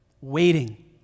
waiting